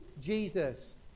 Jesus